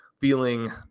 feeling